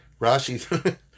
Rashi's